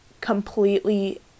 completely